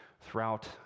throughout